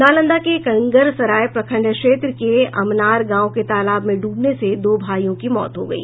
नालंदा के एकंगरसराय प्रखंड क्षेत्र के अमनार गांव के तालाब में डूबने से दो भाइयों की मौत हो गयी